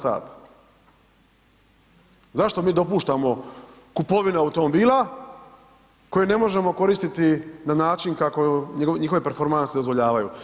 h. Zašto mi dopuštamo kupovinu automobila koje ne možemo koristiti na način kako njihove performanse dozvoljavaju.